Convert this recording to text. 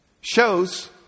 shows